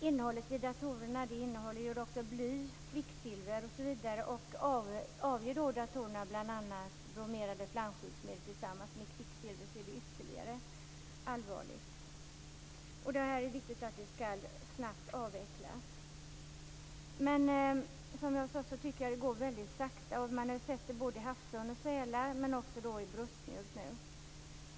Innehållet i datorerna omfattar ju också bly, kvicksilver osv. Avger datorerna bromerade flamskyddsmedel tillsammans med kvicksilver är det ännu allvarligare. Det är viktigt att det här snabbt avvecklas. Men som jag sade tycker jag att det går väldigt sakta. Man har sett dessa ämnen i både havsörn och sälar, men alltså även i bröstmjölk.